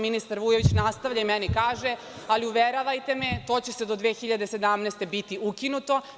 Ministar Vujović nastavlja i meni kaže – ali uveravajte me, to će do 2017. godine biti ukinuto.